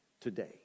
today